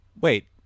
Wait